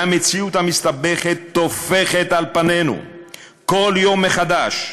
והמציאות המסתבכת טופחת על פנינו כל יום מחדש.